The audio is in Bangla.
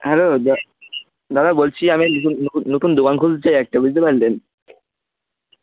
হ্যাঁ দাদা ব দাদা বলছি আমি নতুন দোকান খুলছি একটা বুঝতে পারলেন